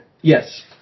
Yes